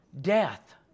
Death